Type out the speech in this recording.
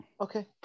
Okay